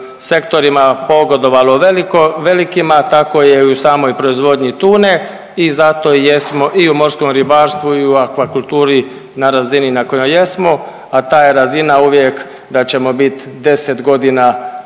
sektorima pogodovalo velikima. Tako je i u samoj proizvodnji tune i zato jesmo i u morskom ribarstvu i u aquakulturi na razini na kojoj jesmo, a ta je razina uvijek da ćemo biti 10 godina